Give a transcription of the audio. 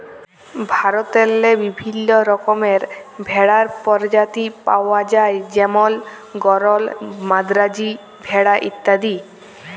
ভারতেল্লে বিভিল্ল্য রকমের ভেড়ার পরজাতি পাউয়া যায় যেমল গরল, মাদ্রাজি ভেড়া ইত্যাদি